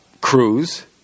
Cruz